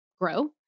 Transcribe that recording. grow